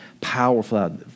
powerful